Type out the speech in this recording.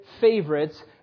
favorites